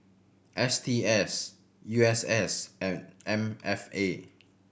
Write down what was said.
S T S U S S and M F A